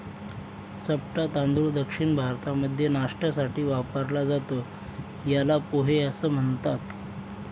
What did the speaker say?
चपटा तांदूळ दक्षिण भारतामध्ये नाष्ट्यासाठी वापरला जातो, याला पोहे असं म्हणतात